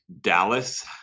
Dallas